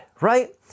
right